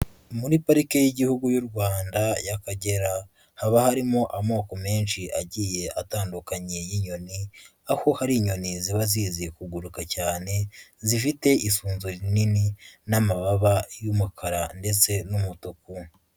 Muri parike y'Igihugu y'u Rwanda y'Akagera haba harimo amoko menshi agiye atandukanye y'inyoni, aho hari inyoni ziba zizi kuguruka cyane zifite isunzu rinini n'amababa y'umukara ndetse n'umutuku.